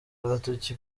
agatoki